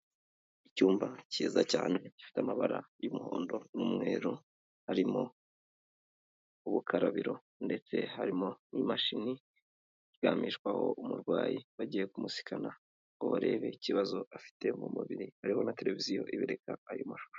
Icyumba cyiza cyane gifite amabara y'umuhondo n'umweru, harimo ubukarabiro ndetse harimo n'imashini iryamishwaho umurwayi bagiye kumusikana ngo barebe ikibazo afite mu mubiri hariho na televiziyo ibereka ayo mashusho.